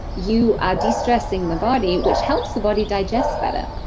you are destressing the body which helps the body digest better,